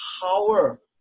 power